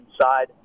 inside